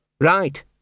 right